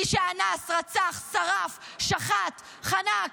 מי שאנס, רצח, שרף, שחט, חנק,